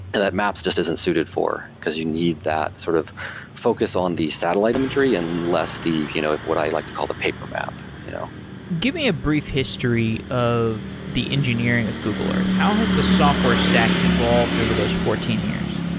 and that maps just isn't suited for, because you need that sort of focus on the satellite imagery and less the you know what i like to call the paper map you know give me a brief history of the engineering of google earth. how has the software stack evolved over those fourteen years?